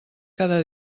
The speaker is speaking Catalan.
cada